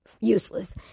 Useless